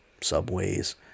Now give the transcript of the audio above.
subways